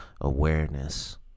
awareness